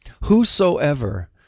whosoever